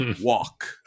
Walk